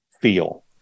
feel